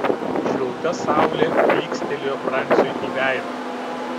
šilta saulė plykstelėjo franciui į veidą